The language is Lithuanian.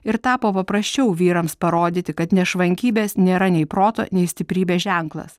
ir tapo paprasčiau vyrams parodyti kad nešvankybės nėra nei proto nei stiprybės ženklas